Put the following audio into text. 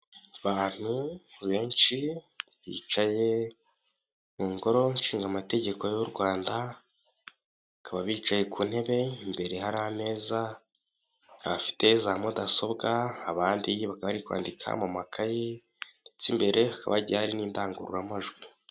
Abantu benshi bicaye mu ngoro nshingategeko y'u Rwanda, bakaba bicaye ku ntebe imbere hari ameza, bafite za mudasobwa, abandi bakaba bari kwandika mu makaye ndetse imbere hakaba hagiye hari n'indangururamajwi.